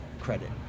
credit